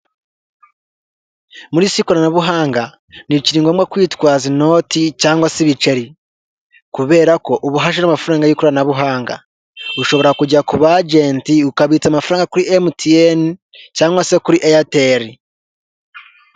Muri iyi si y'ikoranabuhanga ntibikiri ngombwa kwitwaza inoti cyangwa se ibiceri; kubera ko ubu haje n'amafaranga y'ikoranabuhanga, ushobora kujya ku b'agent ukabitsa amafaranga kuri mtn cyangwa se kuri airtel